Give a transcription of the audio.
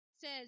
says